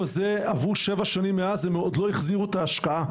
עברו שבע שנים מאז, הם עוד לא החזירו את ההשקעה.